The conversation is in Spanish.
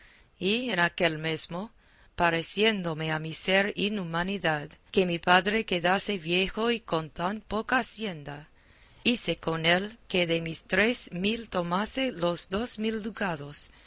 y en aquel mesmo pareciéndome a mí ser inhumanidad que mi padre quedase viejo y con tan poca hacienda hice con él que de mis tres mil tomase los dos mil ducados